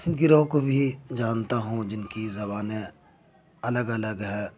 گروہ کو بھی جانتا ہوں جن کی زبانیں الگ الگ ہیں